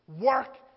work